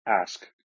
ask